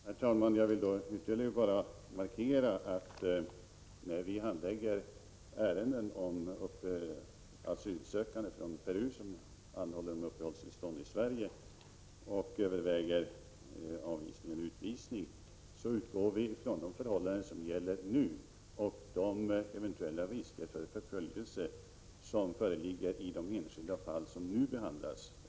Herr talman! Jag vill bara ytterligare markera att när vi handlägger ärenden beträffande asylsökande från Peru, vilka anhåller om uppehållstillstånd i Sverige, och överväger avvisning eller utvisning, så utgår vi från de förhållanden som gäller nu och de eventuella risker för förföljelse som föreligger i de enskilda fall som nu behandlas.